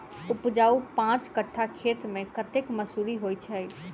उपजाउ पांच कट्ठा खेत मे कतेक मसूरी होइ छै?